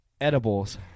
edibles